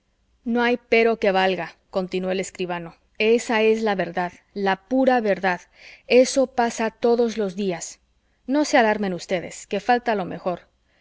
no hay pero que valga continuó el escribano esa es la verdad la pura verdad eso pasa todos los días no se alarmen ustedes que falta lo mejor